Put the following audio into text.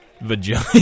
vagina